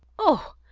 oh,